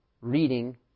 reading